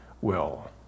will